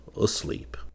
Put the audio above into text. asleep